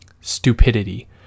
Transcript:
stupidity